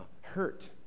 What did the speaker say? hurt